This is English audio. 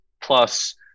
plus